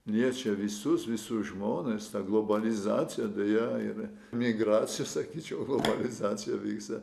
liečia visus visus žmones ta globalizacija deja ir migracija sakyčiau globalizacija vyksta